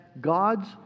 God's